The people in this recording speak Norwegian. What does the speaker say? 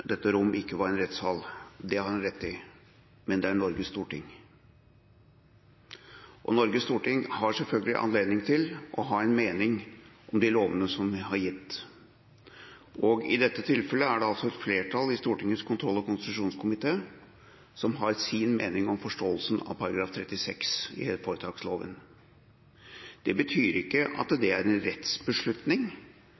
en rettssal. Det har han rett i, men det er Norges storting. Og Norges storting har selvfølgelig anledning til å ha en mening om de lovene som det har gitt. Og i dette tilfellet er det et flertall i Stortingets kontroll- og konstitusjonskomité som har sin mening om forståelsen av § 36 i helseforetaksloven. Det betyr ikke at det er en rettsbeslutning,